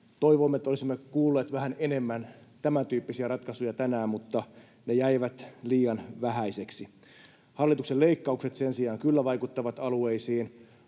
Toivoimme, että olisimme kuulleet vähän enemmän tämäntyyppisiä ratkaisuja tänään, mutta ne jäivät liian vähäisiksi. Hallituksen leikkaukset sen sijaan kyllä vaikuttavat alueisiin.